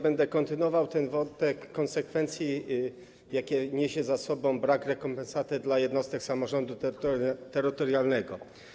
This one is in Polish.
Będę kontynuował wątek konsekwencji, jakie niesie za sobą brak rekompensaty dla jednostek samorządu terytorialnego.